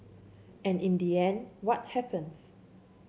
and in the end what happens